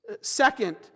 second